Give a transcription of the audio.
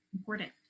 important